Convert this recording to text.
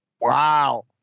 wow